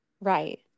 Right